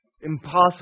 impossible